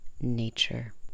nature